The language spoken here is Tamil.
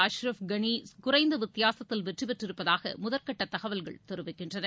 அஷ்ரப் கனி ஆப்கன் குறைந்த வித்தியாசத்தில் வெற்றி பெற்றிருப்பதாக முதற்கட்ட தகவல்கள் தெரிவிக்கின்றன